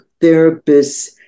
therapists